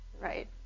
right